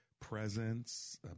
presence